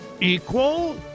equal